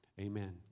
Amen